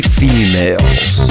females